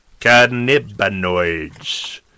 cannabinoids